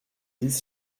dix